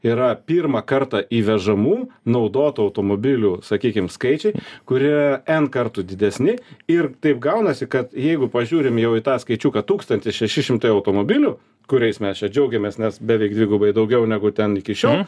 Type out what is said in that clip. yra pirmą kartą įvežamų naudotų automobilių sakykim skaičiai kurie n kartų didesni ir taip gaunasi kad jeigu pažiūrim jau į tą skaičiuką tūkstantis šeši šimtai automobilių kuriais mes čia džiaugiamės nes beveik dvigubai daugiau negu ten iki šiol